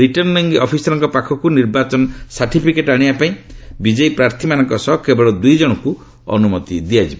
returning ଅଫିସରଙ୍କ ପାଖରୁ ନିର୍ବାଚନ ସାର୍ଟିଫିକେଟ୍ ଆଶିବାପାଇଁ ବିଜୟୀ ପ୍ରାର୍ଥୀଙ୍କ ସହ କେବଳ ଦୁଇ ଜଣଙ୍କୁ ଅନୁମତି ଦିଆଯିବ